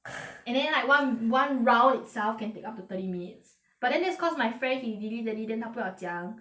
and then like one one round itself can take up to thirty minutes but then that's cause my friend he dilly-dally then 他不要讲